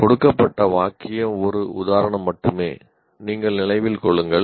கொடுக்கப்பட்ட வாக்கியம் ஒரு உதாரணம் மட்டுமே நீங்கள் நினைவில் கொள்ளுங்கள்